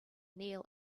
kneel